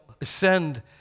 ascend